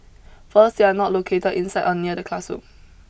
first they are not located inside or near the classroom